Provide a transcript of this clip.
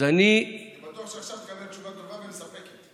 אני בטוח שעכשיו תקבל תשובה טובה ומספקת.